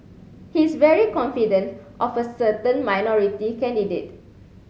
he's very confident of a certain minority candidate